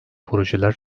projeler